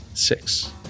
six